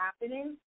happening